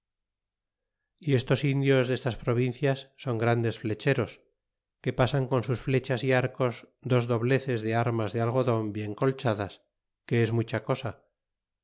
y estos indios destas provincias son grandes flecheros que pasan con sus flechas y arcos dos dobleces de armas de algodon bien colchadas que es mucha cosa